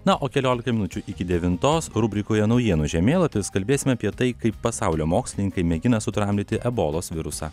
na o keliolika minučių iki devintos rubrikoje naujienų žemėlapis kalbėsime apie tai kaip pasaulio mokslininkai mėgina sutramdyti ebolos virusą